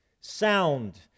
sound